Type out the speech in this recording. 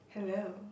hello